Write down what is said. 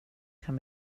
kan